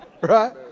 Right